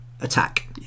attack